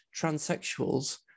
transsexuals